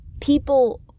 people